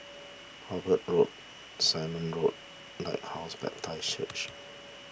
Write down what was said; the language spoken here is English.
Hobart Road Simon Walk Lighthouse Baptist Church